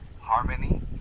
harmony